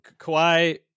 Kawhi